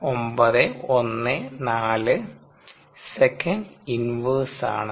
0914 s 1 ആണ്